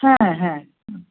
হ্যাঁ হ্যাঁ হুম